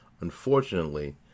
Unfortunately